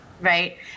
Right